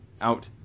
out